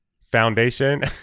foundation